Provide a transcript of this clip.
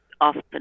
often